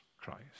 Christ